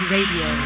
Radio